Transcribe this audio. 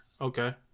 Okay